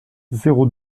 zéro